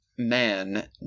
man